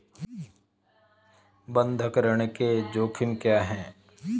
बंधक ऋण के जोखिम क्या हैं?